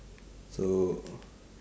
so